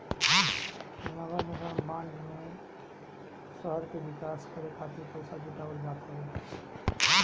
नगरनिगम बांड में शहर के विकास करे खातिर पईसा जुटावल जात हवे